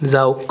যাওক